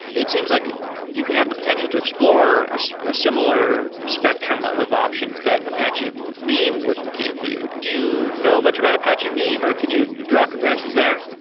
it seems like you can have the potential to explore so a similar spectrum ah of options that apache beam would give you. do you know much about apache beam or can you draw comparisons there?